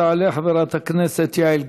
תעלה חברת הכנסת יעל גרמן,